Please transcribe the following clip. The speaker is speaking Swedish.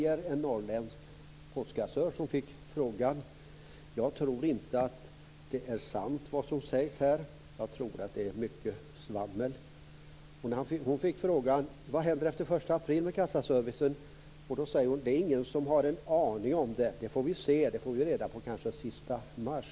En norrländsk postkassör som fick frågan sade: Jag tror inte att det är sant vad som sägs. Jag tror att det är mycket svammel. Hon fick också frågan: Vad händer efter den 1 april med kassaservicen? Då sade hon: Det är ingen som har en aning om det. Det får vi se. Det får vi kanske reda på den sista mars.